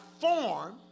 form